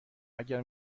اگر